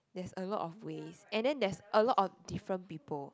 there's a lot of ways and then there's a lot of different people